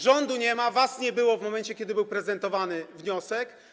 Rządu nie ma, was nie było w momencie, kiedy był prezentowany wniosek.